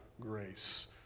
grace